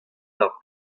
d’ar